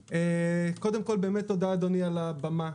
קודם כל, תודה אדוני, על הבמה.